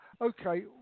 Okay